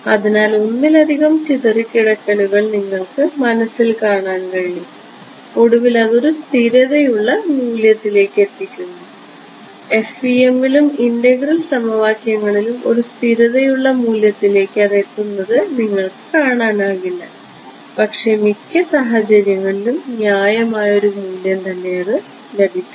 അതിനാൽ ഒന്നിലധികം ചിതറിക്കിടക്കലുകൾ നിങ്ങൾക്ക് മനസ്സിൽ കാണാൻ കഴിയും ഒടുവിൽ അതൊരു സ്ഥിരതയുള്ള മൂല്യത്തിലേക്ക് എത്തുന്നു FEM ലും ഇൻ്റഗ്രൽ സമവാക്യങ്ങളിലും ഒരു സ്ഥിരതയുള്ള മൂല്യത്തിലേക്ക് അത് എത്തുന്നത് നിങ്ങൾക്ക് കാണാനാകില്ല പക്ഷേ മിക്ക സാഹചര്യങ്ങളിലും ന്യായമായ ഒരു മൂല്യം ലഭിക്കുന്നു